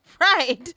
Right